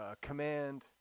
command